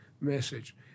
message